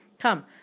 Come